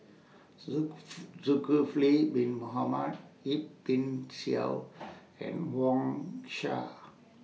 Zulkifli Bin Mohamed Yip Pin Xiu and Wang Sha